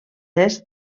est